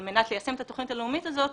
על מנת ליישם את התוכנית הלאומית הזאת,